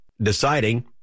deciding